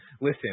Listen